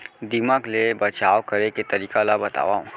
दीमक ले बचाव करे के तरीका ला बतावव?